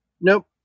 Nope